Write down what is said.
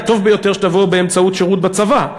הטוב ביותר שתבוא באמצעות שירות בצבא,